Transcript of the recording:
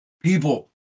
People